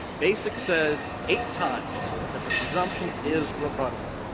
basic says eight times that the presumption is rebuttable,